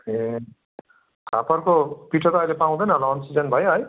ए फापरको पिठो त अहिले पाउँदैन होला अन सिजन भयो है